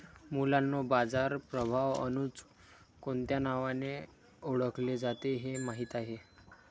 मुलांनो बाजार प्रभाव अजुन कोणत्या नावाने ओढकले जाते हे माहित आहे?